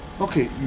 Okay